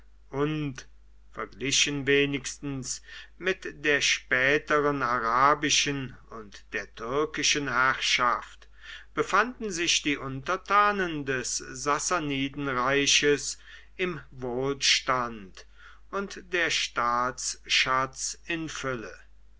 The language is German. verglichen wenigstens mit der späteren arabischen und der türkischen herrschaft befanden sich die untertanen des sassanidenreiches im wohlstand und der staatsschatz